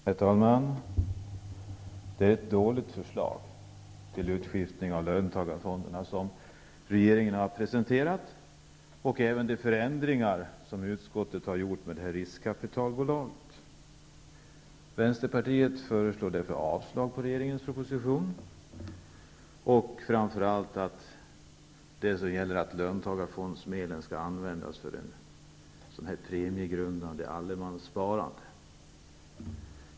Herr talman! Det är ett dåligt förslag till utskiftning av löntagarfonderna som regeringen har presenterat. Även de förändringar som utskottet har gjort i form av ett riskkapitalbolag är dåliga. Vänsterpartiet föreslår därför att regeringens proposition avslås, och särskilt när det gäller att löntagarfonsmedlen skall användas till ett premiegrundande allemanssparande.